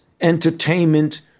entertainment